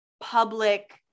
public